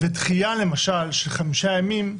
ודחייה למשל של חמישה ימים,